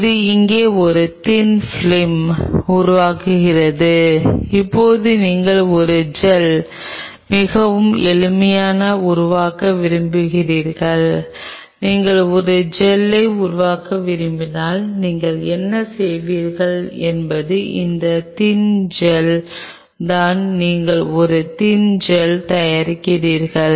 இது இங்கே ஒரு தின் பிலிம் உருவாக்குகிறது இப்போது நீங்கள் ஒரு ஜெல்லை மிகவும் எளிமையாக உருவாக்க விரும்பினீர்கள் நீங்கள் ஒரு ஜெல்லை உருவாக்க விரும்பினால் நீங்கள் என்ன செய்கிறீர்கள் என்பது இந்த தின் ஜெல் தான் நீங்கள் ஒரு தின் ஜெல் தயாரிக்கிறீர்கள்